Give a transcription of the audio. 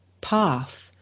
path